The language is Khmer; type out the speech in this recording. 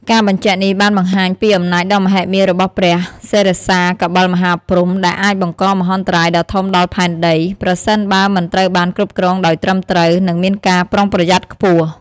ការបញ្ជាក់នេះបានបង្ហាញពីអំណាចដ៏មហិមារបស់ព្រះសិរសាកបិលមហាព្រហ្ម ដែលអាចបង្កមហន្តរាយដ៏ធំដល់ផែនដី ប្រសិនបើមិនត្រូវបានគ្រប់គ្រងដោយត្រឹមត្រូវ និងមានការប្រុងប្រយ័ត្នខ្ពស់។